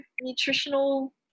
nutritional